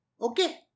Okay